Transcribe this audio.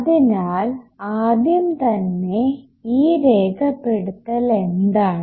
അതിനാൽ ആദ്യം തന്നെ ഈ രേഖപ്പെടുത്തൽ എന്താണ്